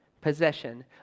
possession